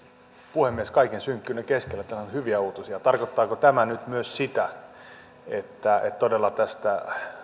puhemies kaiken synkkyyden keskellä nämähän ovat hyviä uutisia tarkoittaako tämä nyt myös sitä että todella samalla voidaan luopua tästä